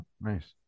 nice